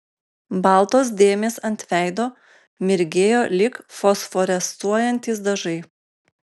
baltos dėmės ant veido mirgėjo lyg fosforescuojantys dažai